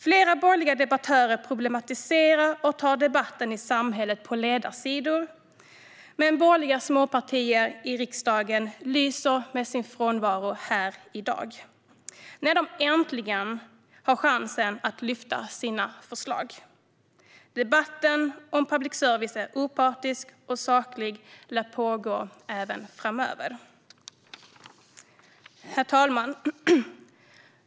Flera borgerliga debattörer problematiserar och tar debatten i samhället och på ledarsidor, men de borgerliga småpartierna i riksdagen lyser med sin frånvaro här i dag när de äntligen har chansen att lyfta sina förslag. Debatten om ifall public service är opartisk och saklig lär pågå en bra tid framöver. Herr talman!